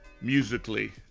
musically